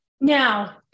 Now